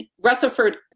Rutherford